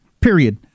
period